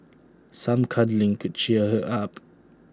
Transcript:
some cuddling could cheer her up